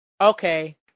okay